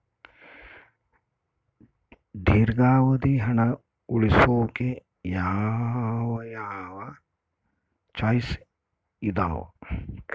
ದೇರ್ಘಾವಧಿ ಹಣ ಉಳಿಸೋಕೆ ಯಾವ ಯಾವ ಚಾಯ್ಸ್ ಇದಾವ?